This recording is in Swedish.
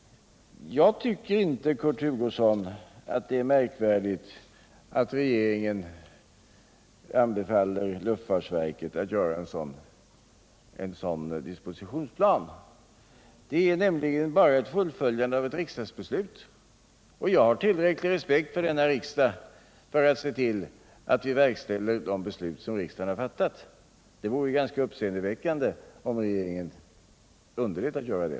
Jag tycker inte, Kurt Hugosson, att det är märkvärdigt att regeringen anbefaller luftfartsverket att göra en sådan dispositionsplan. Det är nämligen bara ett fullföljande av ett riksdagsbeslut. Jag har tillräcklig respekt för Sveriges riksdag för att se till att vi verkställer de beslut som den har fattat. Det vore ganska uppseendeväckande om regeringen underlät att göra det.